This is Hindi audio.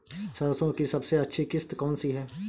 सरसो की सबसे अच्छी किश्त कौन सी है?